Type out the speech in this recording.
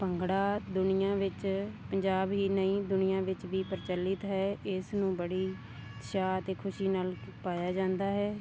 ਭੰਗੜਾ ਦੁਨੀਆਂ ਵਿੱਚ ਪੰਜਾਬ ਹੀ ਨਹੀਂ ਦੁਨੀਆਂ ਵਿੱਚ ਵੀ ਪ੍ਰਚਲਿਤ ਹੈ ਇਸ ਨੂੰ ਬੜੀ ਚਾਅ ਅਤੇ ਖੁਸ਼ੀ ਨਾਲ ਪਾਇਆ ਜਾਂਦਾ ਹੈ